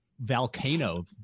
volcano